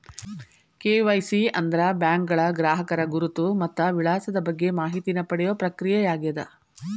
KYC ಅಂದ್ರ ಬ್ಯಾಂಕ್ಗಳ ಗ್ರಾಹಕರ ಗುರುತು ಮತ್ತ ವಿಳಾಸದ ಬಗ್ಗೆ ಮಾಹಿತಿನ ಪಡಿಯೋ ಪ್ರಕ್ರಿಯೆಯಾಗ್ಯದ